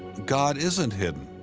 god isn't hidden.